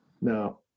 Now